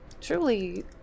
Truly